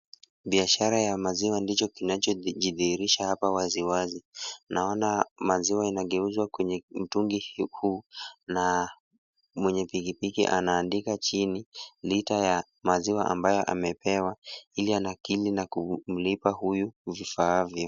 Biashara ya maziwa ndicho kinacho jidhihirisha hapa wazi wazi. Naona maziwa inageuzwa kwenye mtungi huu na mwenye piki piki anaandika chini lita ya maziwa ambayo amepewa ili anakili na kumlipa huyu ifaavyo.